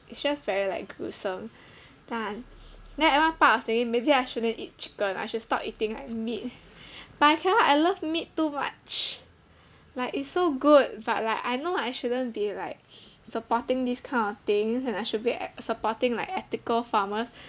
it's just very like gruesome then at one part I was thinking maybe I shouldn't eat chicken I should stop eating like meat but I cannot I love meat too much like it's so good but like I know I shouldn't be like supporting this kind of thing and I should be ac~ supporting like ethical farmers